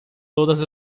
todas